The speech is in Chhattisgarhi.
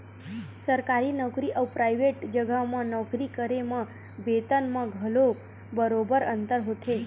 सरकारी नउकरी अउ पराइवेट जघा म नौकरी करे म बेतन म घलो बरोबर अंतर होथे